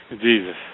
Jesus